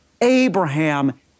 Abraham